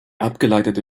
abgeleitete